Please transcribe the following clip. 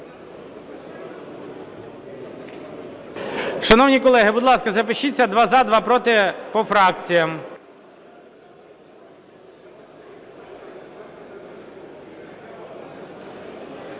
Шановні колеги, будь ласка, запишіться: два – за, два – проти, по фракціям.